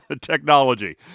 technology